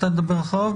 אתה תדבר אחריו?